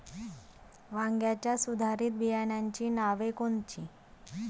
वांग्याच्या सुधारित बियाणांची नावे कोनची?